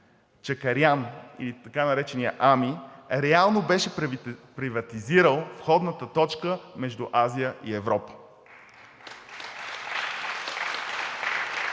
Чекарян или така наречения Ами, реално беше приватизирала входната точка между Азия и Европа.